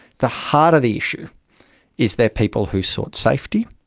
the harder the issue is they're people who sought safety,